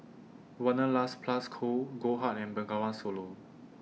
Wanderlust Plus Co Goldheart and Bengawan Solo